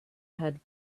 had